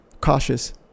cautious